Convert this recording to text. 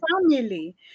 family